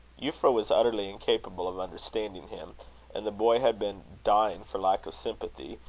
euphra was utterly incapable of understanding him and the boy had been dying for lack of sympathy,